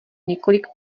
několik